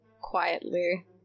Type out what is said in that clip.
quietly